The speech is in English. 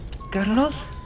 Carlos